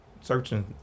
Searching